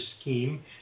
scheme